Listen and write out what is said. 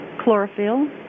chlorophyll